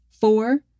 four